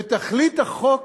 ותכלית החוק